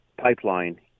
pipeline